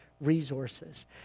resources